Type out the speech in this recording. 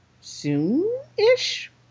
soon-ish